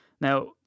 Now